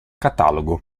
catalogo